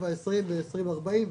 7 20 ו-20 40,